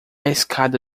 escada